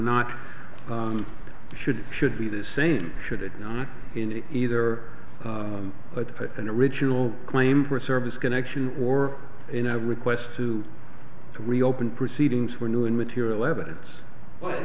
not should should be the same should it not in it either but to put an original claim for a service connection or in a request to reopen proceedings were new and material evidence but it